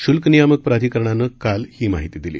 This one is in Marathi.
शुल्क नियामक प्राधिकरणानं काल ही माहिती दिली